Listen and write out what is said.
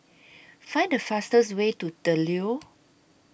Find The fastest Way to The Leo